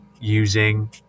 using